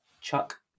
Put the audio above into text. Chuck